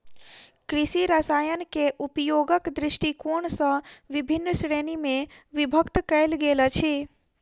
कृषि रसायनकेँ उपयोगक दृष्टिकोण सॅ विभिन्न श्रेणी मे विभक्त कयल गेल अछि